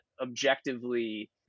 objectively